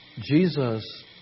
Jesus